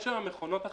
יש היום מכונות אחרות,